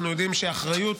אנחנו יודעים שאחריות,